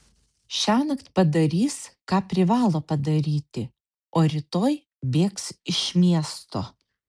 šiąnakt padarys ką privalo padaryti o rytoj bėgs iš miesto